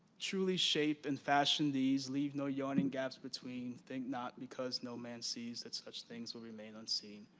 truly shape and fashion these leave no yawning gaps between. think not, because no man sees that such things will remain unseen.